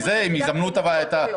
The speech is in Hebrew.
הם יזמנו את האנשים.